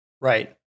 Right